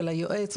של היועץ,